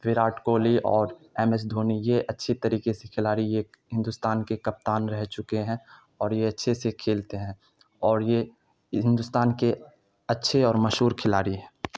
وراٹ کوہلی اور M S Dhoni یہ اچھی طریقے سے کھلاڑی یہ ہندوستان کے کپتان رہ چکے ہیں اور یہ اچھے سے کھیلتے ہیں اور یہ ہندوستان کے اچھے اور مشہور کھلاڑی ہیں